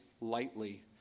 lightly